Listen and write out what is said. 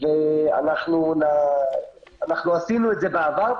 אנחנו עשינו את זה בעבר,